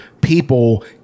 people